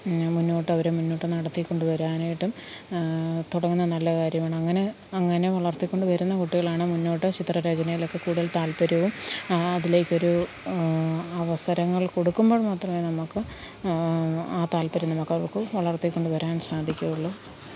മുന്നോട്ടവരെ മുന്നോട്ട് നടത്തിക്കൊണ്ട് വരാനായിട്ടും തുടങ്ങുന്ന നല്ല കാര്യങ്ങളങ്ങനെ അങ്ങനെ വളര്ത്തിക്കൊണ്ടു വരുന്ന കുട്ടികളാണ് മുന്നോട്ട് ചിത്ര രചനയിലൊക്കെ കൂടുതല് താല്പ്പര്യവും ആ അതിലേക്കൊരു അവസരങ്ങള് കൊടുക്കുമ്പോള് മാത്രമേ നമുക്ക് ആ താല്പ്പര്യം നമുക്ക് അവർക്ക് വളര്ത്തിക്കൊണ്ടുവരാന് സാധിക്കുകയുള്ളു